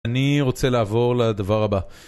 אני רוצה לעבור לדבר הבא.